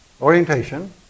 Orientation